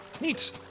Neat